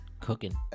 cooking